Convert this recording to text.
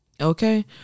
okay